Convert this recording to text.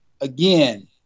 again